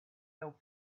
palm